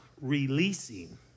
releasing